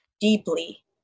deeply